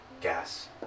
gas